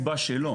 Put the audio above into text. ואין סיבה שלא.